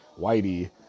whitey